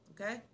Okay